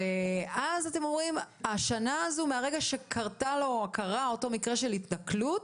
ואז אתם אומרים: השנה הזו מרגע שקרה אותו מקרה של התנכלות,